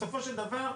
בסופו של דבר,